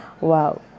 Wow